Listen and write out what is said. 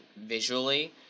visually